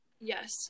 Yes